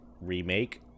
remake